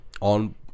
On